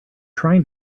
trying